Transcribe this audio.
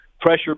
Pressure